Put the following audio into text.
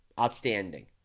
outstanding